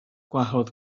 gwahodd